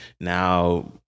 Now